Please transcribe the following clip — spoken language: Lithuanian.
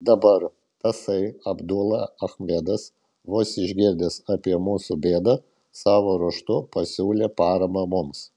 dabar tasai abdula achmedas vos išgirdęs apie mūsų bėdą savo ruožtu pasiūlė paramą mums